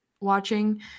watching